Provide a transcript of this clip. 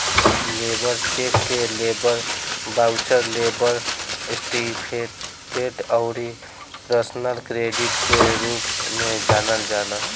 labour cheque के labour voucher, labour certificate अउरी personal credit के रूप में जानल जाला